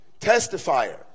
testifier